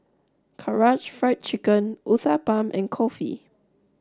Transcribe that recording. Karaage Fried Chicken Uthapam and Kulfi